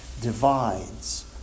divides